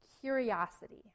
Curiosity